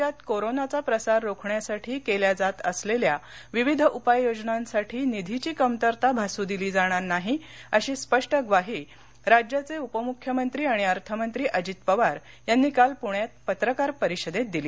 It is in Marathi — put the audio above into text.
राज्यात कोरोनाचा प्रसार रोखण्यासाठी केल्या जात असलेल्या विविध उपाय योजनांसाठी निधीची कमतरता भासू दिली जाणार नाही अशी स्पष्ट ग्वाही राज्याचे उपमूख्यमंत्री आणि अर्थमंत्री अजित पवार यांनी काल पूण्यात पत्रकार परिषदेत दिली